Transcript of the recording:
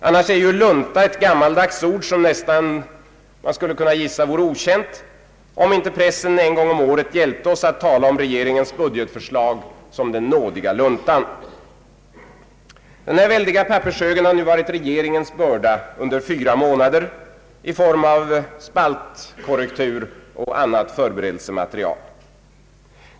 Annars är lunta ett gammaldags ord, som nog vore tämligen okänt, om inte pressen hjälpte oss att komma ihåg det genom att en gång om året tala om regeringens budgetförslag som ”den nådiga luntan”. Denna väldiga pappershög har nu varit regeringens börda under fyra månader, i form av spaltkorrektur och annat förberedelsematerial.